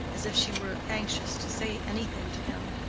as if she were anxious to say anything to him.